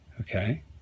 Okay